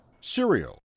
cereal